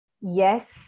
yes